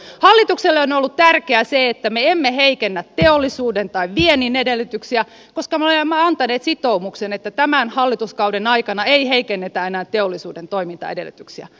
hallitukselle on ollut tärkeää se että me emme heikennä teollisuuden tai viennin edellytyksiä koska me olemme antaneet sitoumuksen että tämän hallituskauden aikana ei heikennetä enää teollisuuden toimintaedellytyksiä